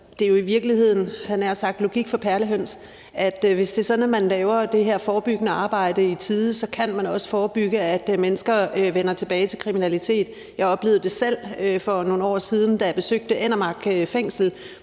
jeg nær sagt – logik for perlehøns, at hvis man laver det her forebyggende arbejde i tide, kan man også forebygge, at mennesker vender tilbage til kriminalitet. Jeg oplevede det selv for nogle år siden, da jeg besøgte Enner Mark Fængsel,